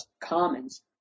commons